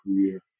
career